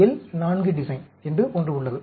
L 4 design என்று ஒன்று உள்ளது